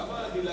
למה דילגתם?